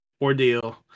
ordeal